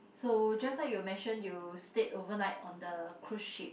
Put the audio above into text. so just now you mention you stayed overnight on the cruise ship